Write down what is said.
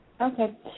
Okay